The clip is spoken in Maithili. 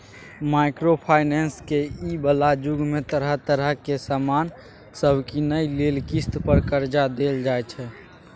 माइक्रो फाइनेंस के इ बला जुग में तरह तरह के सामान सब कीनइ लेल किस्त पर कर्जा देल जाइ छै